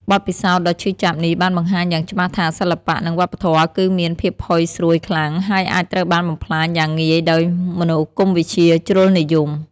បទពិសោធន៍ដ៏ឈឺចាប់នេះបានបង្ហាញយ៉ាងច្បាស់ថា សិល្បៈ និងវប្បធម៌គឺមាន ភាពផុយស្រួយខ្លាំង ហើយអាចត្រូវបានបំផ្លាញយ៉ាងងាយដោយមនោគមវិជ្ជាជ្រុលនិយម។